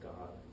God